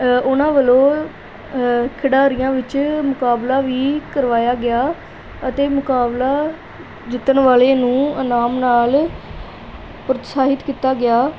ਉਹਨਾਂ ਵੱਲੋਂ ਖਿਡਾਰੀਆਂ ਵਿੱਚ ਮੁਕਾਬਲਾ ਵੀ ਕਰਵਾਇਆ ਗਿਆ ਅਤੇ ਮੁਕਾਬਲਾ ਜਿੱਤਣ ਵਾਲੇ ਨੂੰ ਇਨਾਮ ਨਾਲ ਪ੍ਰੋਤਸਾਹਿਤ ਕੀਤਾ ਗਿਆ